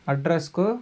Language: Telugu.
అడ్రస్కు